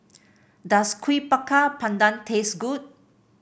does Kuih Bakar Pandan taste good